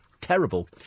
Terrible